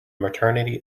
maternity